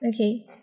Okay